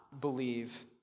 believe